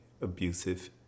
abusive